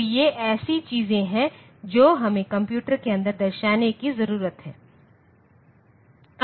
तो ये ऐसी चीजें हैं जो हमें कंप्यूटर के अंदर दर्शाने की जरूरत है